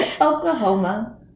Oklahoma